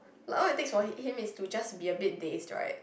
like all it takes for him is to just be a bit dazed right